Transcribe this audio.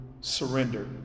surrender